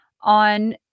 on